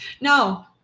No